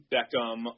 Beckham